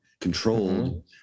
controlled